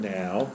now